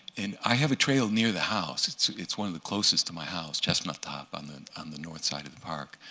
and i have a trail near the house it's it's one of the closest to my house, chestnut top on the and the north side of the park.